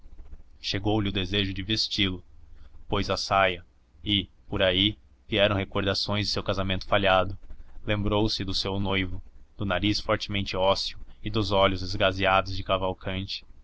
contemplá lo chegou lhe o desejo de vesti lo pôs a saia e por aí vieram recordações do seu casamento falhado lembrou-se do seu noivo do nariz fortemente ósseo e dos olhos esgazeados de cavalcanti